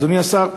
אדוני השר,